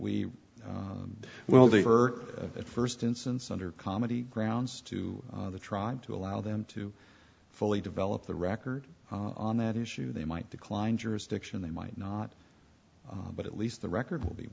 we well the for that first instance under comedy grounds to the tribe to allow them to fully develop the record on that issue they might decline jurisdiction they might not but at least the record will be